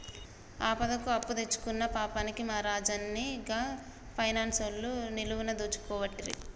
ఆపదకు అప్పుదెచ్చుకున్న పాపానికి మా రాజన్ని గా పైనాన్సోళ్లు నిలువున దోసుకోవట్టిరి